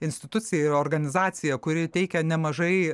institucija ir organizacija kuri teikia nemažai